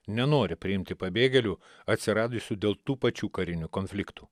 nenori priimti pabėgėlių atsiradusių dėl tų pačių karinių konfliktų